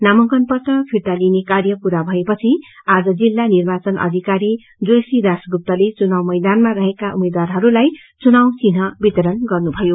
नामाकंन पत्र फिर्ता लिने कार्य पूरा भएपछि आज जिल्ल निर्वाचन अधिकारी जोयसी दासगुप्ताले चुनाव मैदानमा रहेका उम्मेद्वारहरूलाई चुनावचिन्ह वितरण गर्नुभयो